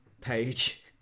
page